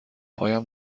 پایم